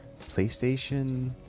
PlayStation